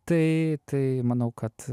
tai tai manau kad